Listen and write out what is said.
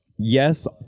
Yes